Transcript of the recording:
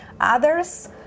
others